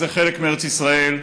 זה חלק מארץ ישראל.